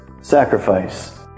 sacrifice